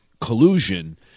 collusion